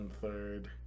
third